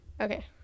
Okay